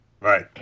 right